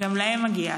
וגם להם מגיע עתיד.